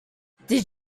did